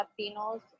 Latinos